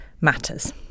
matters